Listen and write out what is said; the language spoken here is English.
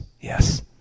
Yes